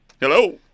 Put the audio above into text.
Hello